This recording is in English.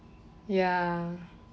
ya